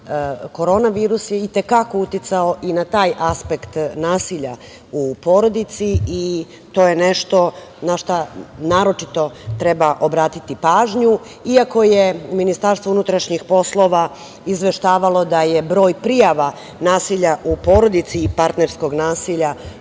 korona virus je i te kako uticao i na taj aspekt nasilja u porodici. To je nešto na šta naročito treba obratiti pažnju. Iako je MUP izveštavalo da je broj prijava nasilja u porodici i partnerskog nasilja